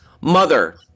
Mother